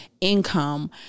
income